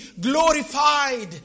glorified